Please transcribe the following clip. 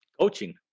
coaching